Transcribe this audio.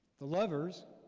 the lovers,